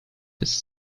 his